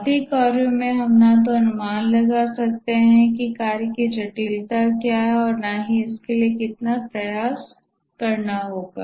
बौद्धिक कार्यों में हम न तो अनुमान लगा सकते हैं कि कार्य की जटिलता क्या है और न ही इसके लिए कितना प्रयास करना होगा